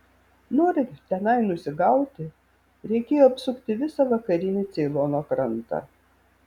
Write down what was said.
norint tenai nusigauti reikėjo apsukti visą vakarinį ceilono krantą